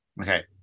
okay